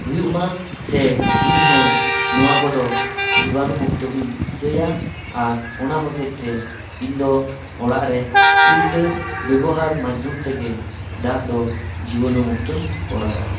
ᱦᱩᱭᱩᱜ ᱢᱟ ᱥᱮ ᱤᱧ ᱦᱚᱸ ᱱᱚᱣᱟ ᱠᱚᱫᱚ ᱡᱤᱵᱟᱱᱩ ᱢᱩᱠᱛᱚ ᱜᱮᱧ ᱪᱟᱹᱭᱟ ᱟᱨ ᱚᱱᱟ ᱦᱚᱛᱮᱫ ᱛᱮ ᱤᱧ ᱫᱚ ᱚᱲᱟᱜ ᱨᱮ ᱯᱷᱤᱞᱴᱟᱹᱨ ᱵᱮᱵᱚᱦᱟᱨ ᱵᱮᱵᱚᱦᱟᱨ ᱢᱟᱫᱷᱚᱢ ᱛᱮᱜᱮ ᱫᱟᱜ ᱫᱚ ᱡᱤᱵᱟᱱᱩ ᱢᱩᱠᱛᱚᱧ ᱠᱚᱨᱟᱣᱟ